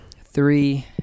three